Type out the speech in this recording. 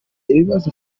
ibibazo